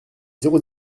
zéro